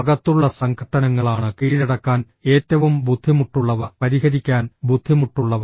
അകത്തുള്ള സംഘട്ടനങ്ങളാണ് കീഴടക്കാൻ ഏറ്റവും ബുദ്ധിമുട്ടുള്ളവ പരിഹരിക്കാൻ ബുദ്ധിമുട്ടുള്ളവ